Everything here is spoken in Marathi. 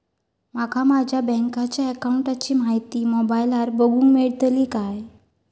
माका माझ्या बँकेच्या अकाऊंटची माहिती मोबाईलार बगुक मेळतली काय?